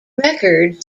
record